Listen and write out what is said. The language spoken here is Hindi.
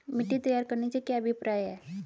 मिट्टी तैयार करने से क्या अभिप्राय है?